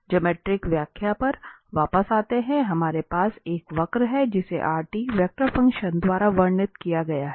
geometric व्याख्या पर वापस आते हुए हमारे पास एक वक्र है जिसे वेक्टर फंक्शन द्वारा वर्णित किया गया है